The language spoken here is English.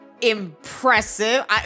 Impressive